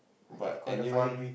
but anyone